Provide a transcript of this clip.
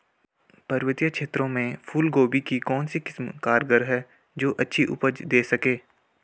पर्वतीय क्षेत्रों में फूल गोभी की कौन सी किस्म कारगर है जो अच्छी उपज दें सके?